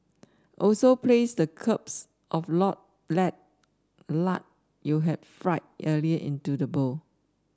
also place the cubes of lard you had fried earlier into a bowl